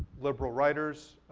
liberal writers,